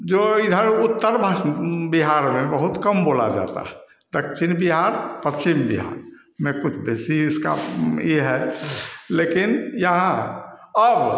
जो इधर उत्तर भास बिहार में बहुत कम बोला जाता है दक्षिण बिहार पश्चिम बिहार में कुछ बेसी इसका ये है लेकिन यहाँ अब